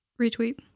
Retweet